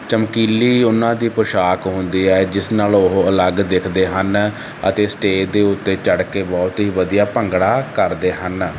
ਚਮਕੀਲੀ ਉਹਨਾਂ ਦੀ ਪੋਸ਼ਾਕ ਹੁੰਦੀ ਹੈ ਜਿਸ ਨਾਲ ਉਹ ਅਲੱਗ ਦਿਖਦੇ ਹਨ ਅਤੇ ਸਟੇਜ ਦੇ ਉੱਤੇ ਚੜ ਕੇ ਬਹੁਤ ਹੀ ਵਧੀਆ ਭੰਗੜਾ ਕਰਦੇ ਹਨ